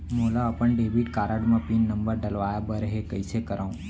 मोला अपन debit card म पिन नंबर डलवाय बर हे कइसे करव?